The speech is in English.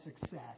success